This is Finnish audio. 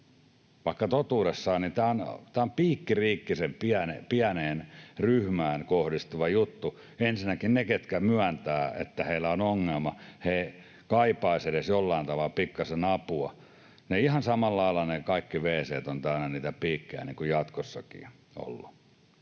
vaikka totuudessaan tämä on pikkiriikkisen pieneen ryhmään kohdistuva juttu. Ensinnäkin ne, ketkä myöntävät, että heillä on ongelma, kaipaisivat edes jollain tavalla pikkasen apua. Ihan samalla lailla ne kaikki wc:t ovat täynnä niitä piikkejä jatkossakin, niin